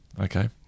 Okay